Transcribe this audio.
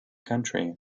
country